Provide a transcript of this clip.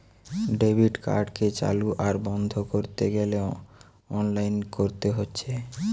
debit কার্ডকে চালু আর বন্ধ কোরতে গ্যালে অনলাইনে কোরতে হচ্ছে